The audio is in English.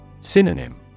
Synonym